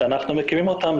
שאנחנו מכירים אותם,